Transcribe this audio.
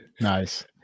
Nice